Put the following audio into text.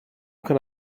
can